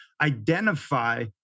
Identify